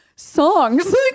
Songs